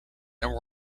and